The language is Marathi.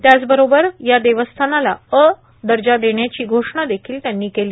त्याचबरोबर कचारगड देवस्थानाला अ चा दर्जा देण्याची घोषणा देखील त्यांनी केली